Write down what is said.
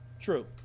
true